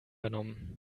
übernommen